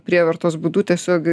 prievartos būdu tiesiog